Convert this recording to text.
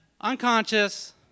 unconscious